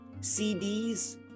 CDs